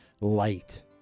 light